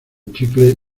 chicle